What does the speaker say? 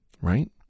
right